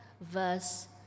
verse